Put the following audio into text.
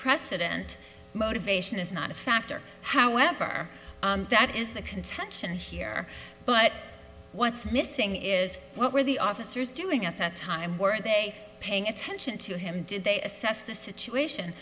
precedent motivation is not a factor however that is the contention here but what's missing is what were the officers doing at that time were they paying attention to him did they assess the situation